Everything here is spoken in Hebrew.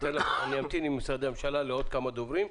אני אמתין עם משרדי הממשלה לעוד כמה דוברים,